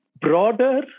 broader